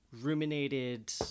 ruminated